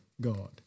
God